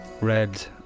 red